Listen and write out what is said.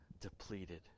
depleted